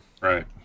right